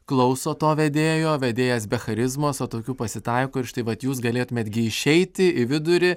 klauso to vedėjo vedėjas be charizmos o tokių pasitaiko ir štai vat jūs galėtumėt gi išeiti į vidurį